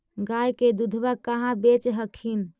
गया के दूधबा कहाँ बेच हखिन?